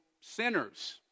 sinners